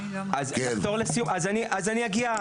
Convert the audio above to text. אז אני אגיע,